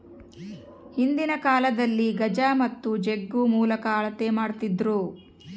ಹಿಂದಿನ ಕಾಲದಲ್ಲಿ ಗಜ ಮತ್ತು ಜಂಗು ಮೂಲಕ ಅಳತೆ ಮಾಡ್ತಿದ್ದರು